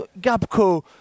Gabco